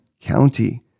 county